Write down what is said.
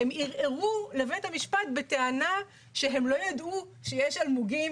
הם ערערו לבית המשפט בטענה שהם לא ידעו שיש אלמוגים